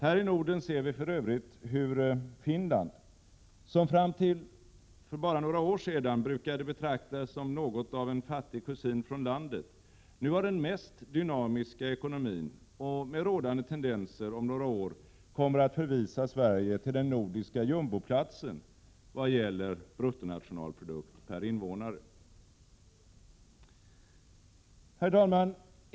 Här i Norden ser vi för övrigt hur Finland, som fram till för bara några år sedan brukade betraktas som något av en fattig kusin från landet, nu har den mest dynamiska ekonomin och med rådande tendenser om några år kommer att förvisa Sverige till den nordiska jumboplatsen vad gäller bruttonationalprodukt per invånare. Herr talman!